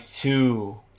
two